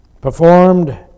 performed